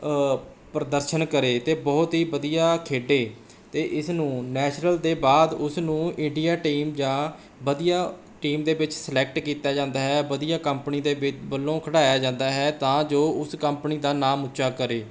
ਪ੍ਰਦਰਸ਼ਨ ਕਰੇ ਅਤੇ ਬਹੁਤ ਹੀ ਵਧੀਆ ਖੇਡੇ ਅਤੇ ਇਸ ਨੂੰ ਨੈਸ਼ਨਲ ਦੇ ਬਾਅਦ ਉਸ ਨੂੰ ਇੰਡੀਆ ਟੀਮ ਜਾਂ ਵਧੀਆ ਟੀਮ ਦੇ ਵਿੱਚ ਸਿਲੈਕਟ ਕੀਤਾ ਜਾਂਦਾ ਹੈ ਵਧੀਆ ਕੰਪਨੀ ਦੇ ਵੱਲੋਂ ਖਿਡਾਇਆ ਜਾਂਦਾ ਹੈ ਤਾਂ ਜੋ ਉਸ ਕੰਪਨੀ ਦਾ ਨਾਮ ਉੱਚਾ ਕਰੇ